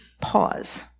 Pause